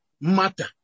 matter